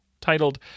titled